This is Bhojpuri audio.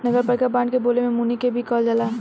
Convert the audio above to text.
नगरपालिका बांड के बोले में मुनि के भी कहल जाला